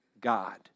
God